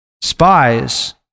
spies